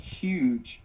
huge